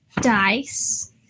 dice